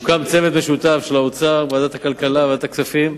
צוות משותף של האוצר, ועדת הכלכלה וועדת הכספים.